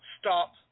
stop